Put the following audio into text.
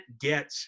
get